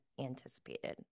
anticipated